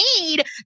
need